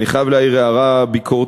אני חייב להעיר הערה ביקורתית,